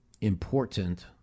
important